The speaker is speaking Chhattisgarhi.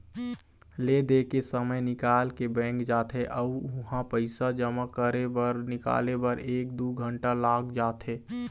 ले दे के समे निकाल के बैंक जाथे अउ उहां पइसा जमा करे बर निकाले बर एक दू घंटा लाग जाथे